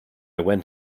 went